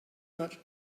much